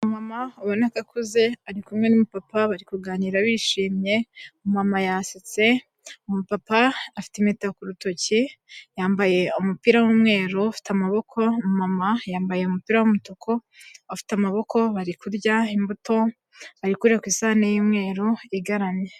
Umumama ubona ko akuze, ari kumwe n'umupapa bari kuganira bishimye, umumama yasetse, umupapa afite impeta ku rutoki yambaye umupira w'umweru ufite amaboko, umumama yambaye umupira w'umutuku, ufite amaboko, bari kurya imbuto, bari kurira ku isahane y'umweru igaramye.